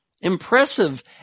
Impressive